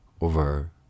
over